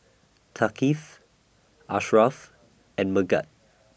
Thaqif Ashraff and Megat